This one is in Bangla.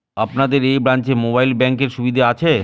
আপনাদের এই ব্রাঞ্চে মোবাইল ব্যাংকের সুবিধে আছে?